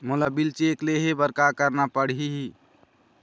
मोला bill check ले हे बर का करना पड़ही ही?